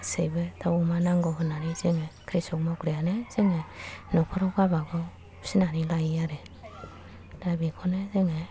गासैबो दाव अमा नांगौ होन्नानै जोङो क्रिसक मावग्रायानो जोङो न'खराव गाबागाव फिसिनानै लायो आरो दा बेखौनो जोङो